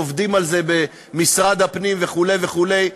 עובדים על זה במשרד הפנים וכו' וכו'.